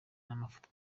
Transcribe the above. n’amafoto